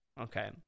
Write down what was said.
Okay